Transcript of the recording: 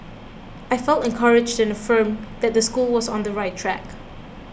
I felt encouraged and affirmed that the school was on the right track